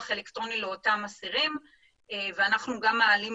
האלקטרוני לאותם אסירים ואנחנו גם מציעים,